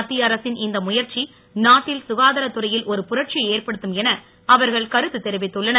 மத்திய அரசின் இந்த முயற்சி நாட்டில் சுகாதார துறையில் ஒரு புரட்சியை ஏற்படுத்தும் என அவர்கள் கருத்து தெரிவித்துள்ளனர்